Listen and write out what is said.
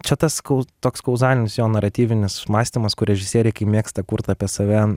čia tas toks kauzalinis jo naratyvinis mąstymas kur režisieriai kai mėgsta kurt apie save